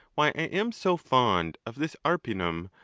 why i am so fond of this arpinum,